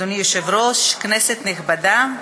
אדוני היושב-ראש, כנסת נכבדה,